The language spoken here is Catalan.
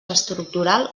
estructural